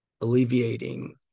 alleviating